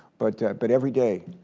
but but every day,